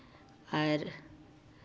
ᱟᱨ